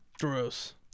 gross